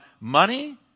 money